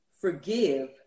forgive